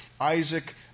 Isaac